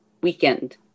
weekend